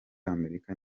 amerika